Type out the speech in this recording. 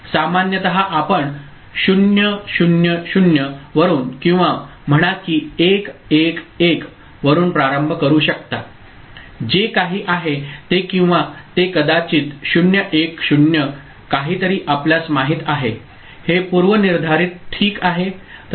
सामान्यत आपण 0 0 0 वरुन किंवा म्हणा किं 1 1 1 वरुन प्रारंभ करू शकता जे काही आहे ते किंवा ते कदाचित 0 1 0 काहितरी आपल्यास माहित आहे हे पूर्वनिर्धारित ठीक आहे